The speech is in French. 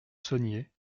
saunier